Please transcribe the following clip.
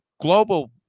global